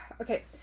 Okay